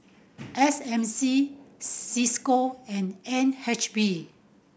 S M C Cisco and N H B